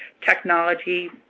technology